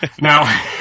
Now